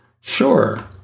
Sure